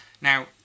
Now